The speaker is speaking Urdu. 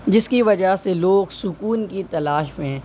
جس کی وجہ سے لوگ سکون کی تلاش میں